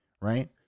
right